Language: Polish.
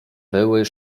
były